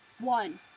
One